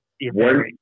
One